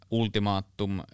ultimaattum